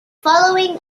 following